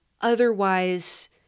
otherwise